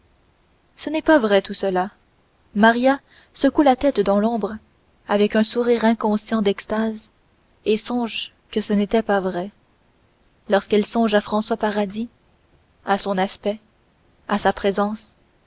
ce n'est pas vrai tout cela maria secoue la tête dans l'ombre avec un sourire inconscient d'extase et songe que ce n'était pas vrai lorsqu'elle songe à françois paradis à son aspect à sa présence